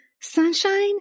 sunshine